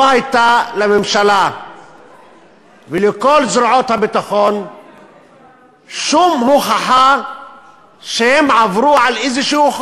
לא הייתה לממשלה ולכל זרועות הביטחון שום הוכחה שהם עברו על חוק כלשהו.